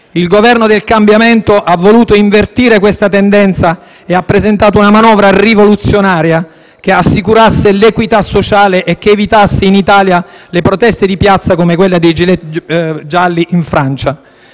Il Governo del cambiamento ha voluto invertire questa tendenza e ha presentato una manovra rivoluzionaria che assicurasse l'equità sociale e che evitasse in Italia le proteste di piazza come quelle dei *gilet* gialli in Francia